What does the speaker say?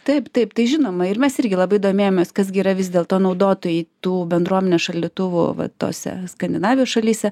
taip taip tai žinoma ir mes irgi labai domėjomės kas gi yra vis dėlto naudotojai tų bendruomenės šaldytuvų vat tose skandinavijos šalyse